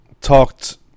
talked